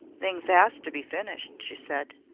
things as to be finished, she said.